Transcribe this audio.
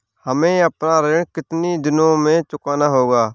हमें अपना ऋण कितनी दिनों में चुकाना होगा?